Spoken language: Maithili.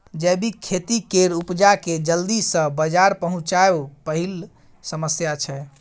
जैबिक खेती केर उपजा केँ जल्दी सँ बजार पहुँचाएब पहिल समस्या छै